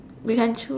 we can choose